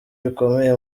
bikomeye